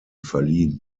verliehen